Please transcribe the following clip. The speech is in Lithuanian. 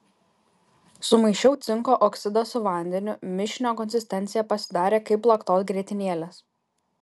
sumaišiau cinko oksidą su vandeniu mišinio konsistencija pasidarė kaip plaktos grietinėlės